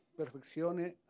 perfeccione